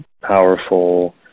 powerful